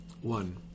one